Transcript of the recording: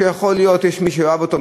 ויכול להיות שיש מי שיאהב אותו,